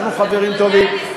אנחנו חברים טובים,